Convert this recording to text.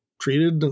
treated